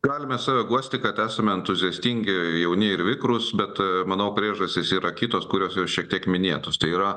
galime save guosti kad esame entuziastingi jauni ir vikrūs bet manau priežastys yra kitos kurios jau šiek tiek minėtus tai yra